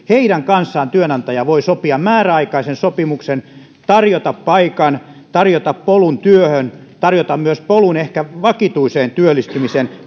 heidän kanssaan työantaja voi sopia määräaikaisen sopimuksen tarjota paikan tarjota polun työhön tarjota ehkä polun myös vakituiseen työllistymiseen